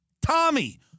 Tommy